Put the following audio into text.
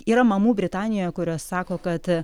yra mamų britanijoje kurios sako kad a